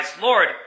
Lord